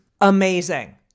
amazing